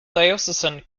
diocesan